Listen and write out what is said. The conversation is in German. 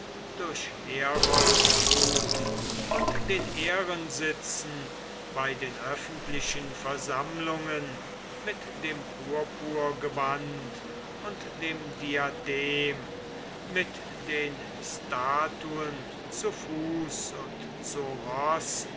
durch heroldsruf und den ehrensitzen bei den öffentlichen versammlungen mit dem purpurgewand und dem diadem mit den statuen zu fuß und zu roß